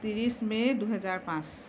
ত্ৰিছ মে দুহেজাৰ পাঁচ